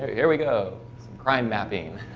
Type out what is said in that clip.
here we go crime mapping